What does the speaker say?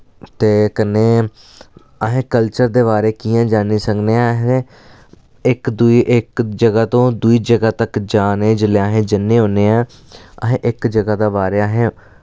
ते कन्नै असैं कल्चर दे बारे कि'यां जानी सकने आं असें इक दुई इक जगह तों दूई जगह तक जाने जिल्लै असें जन्ने होन्ने आं असें इक जगह दे बारे असें